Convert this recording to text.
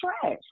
trash